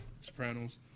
Sopranos